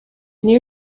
near